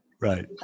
right